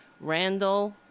Randall